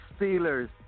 Steelers